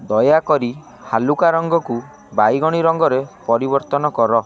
ଦୟାକରି ହାଲୁକା ରଙ୍ଗକୁ ବାଇଗଣୀ ରଙ୍ଗରେ ପରିବର୍ତ୍ତନ କର